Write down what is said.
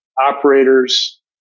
operators